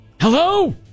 hello